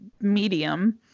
medium